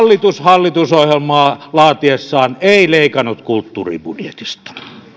hallitus hallitusohjelmaa laatiessaan ei leikannut kulttuuribudjetista